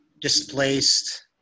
displaced